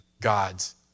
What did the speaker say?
God's